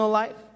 life